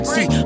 See